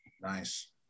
Nice